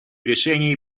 решений